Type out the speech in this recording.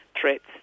threats